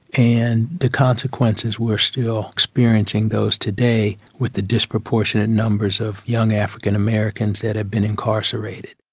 and the consequences, we're still experiencing those today with the disproportionate numbers of young african americans that have been incarcerated.